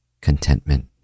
contentment